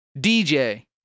DJ